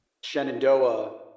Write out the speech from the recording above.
Shenandoah